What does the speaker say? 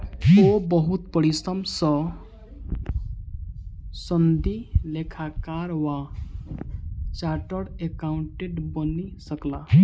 ओ बहुत परिश्रम सॅ सनदी लेखाकार वा चार्टर्ड अकाउंटेंट बनि सकला